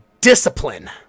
discipline